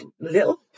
little